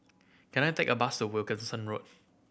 can I take a bus to Wilkinson Road